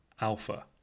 alpha